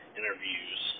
interviews